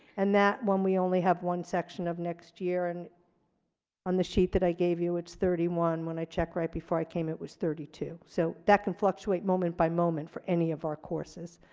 and that one we only have one section of next year, and on the sheet that i gave you it's thirty one. when i check right before i came it was thirty two, so that can fluctuate moment by moment for any of our courses,